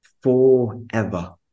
forever